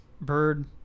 Bird